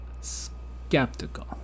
skeptical